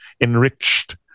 enriched